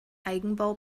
eigenbau